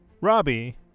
Robbie